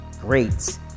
great